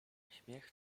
śmiech